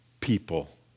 people